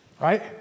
right